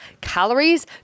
Calories